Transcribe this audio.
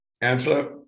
Angela